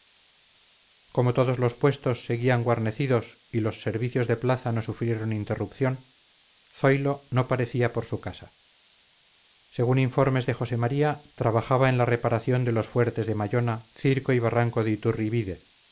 como todos los puestos seguían guarnecidos y los servicios de plaza no sufrieron interrupción zoilo no parecía por su casa según informes de josé maría trabajaba en la reparación de los fuertes de mallona circo y barranco de iturribide